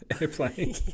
airplane